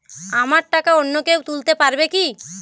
আমার টাকা অন্য কেউ তুলতে পারবে কি?